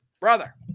brother